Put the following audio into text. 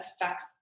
affects